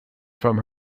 from